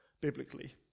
biblically